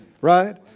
right